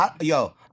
yo